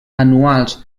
anuals